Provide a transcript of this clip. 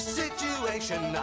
situation